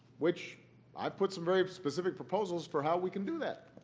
which i've put some very specific proposals for how we can do that.